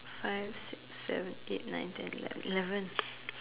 five six seven eight nine ten eleven eleven